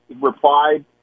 replied